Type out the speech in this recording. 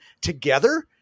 together